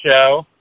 show